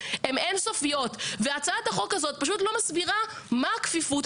זה מסר שלא נותן גיבוי למשטרה, אלא פוגע במשטרה.